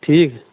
ठीक है